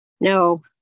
No